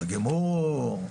יתרגמו,